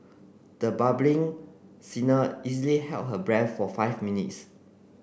the bubbling singer easily held her breath for five minutes